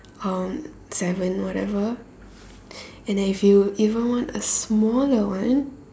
um seven whatever and then if you even want a smaller one